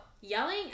yelling